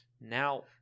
Now